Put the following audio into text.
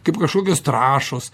kaip kažkokios trąšos